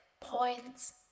points